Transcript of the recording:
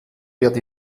wird